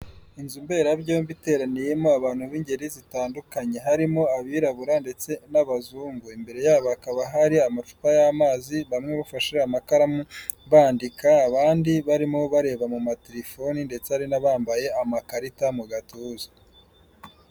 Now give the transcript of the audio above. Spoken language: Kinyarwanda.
Inzu mberabyombi iteraniyemo abantu b'ingeri zitandukanye, harimo abirabura ndetse n'abazungu, imbere yabo hakaba hari amacupa y'amazi, bamwe bafashe amakaramu bandika, abandi barimo bareba mu materefoni ndetse hari n'abambaye amakarita mu gatuza.